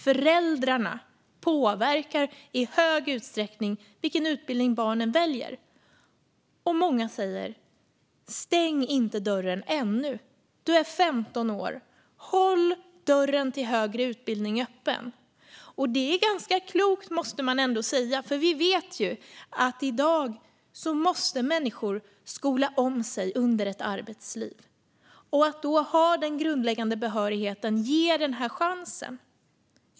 Föräldrarna påverkar i stor utsträckning vilken utbildning barnen väljer. Och många säger: Stäng inte dörren ännu. Du är 15 år. Håll dörren till högre utbildning öppen! Det är ganska klokt, måste man säga, för vi vet att i dag måste människor skola om sig under ett arbetsliv. Att då ha den grundläggande behörigheten ger denna chans.